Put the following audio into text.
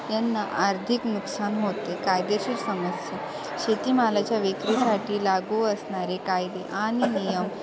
यांना आर्थिक नुकसान होते कायदेशीर समस्या शेतीमालाच्या विक्रीसाठी लागू असणारे कायदे आणि नियम